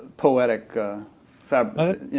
poetic fabric